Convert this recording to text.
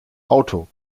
auto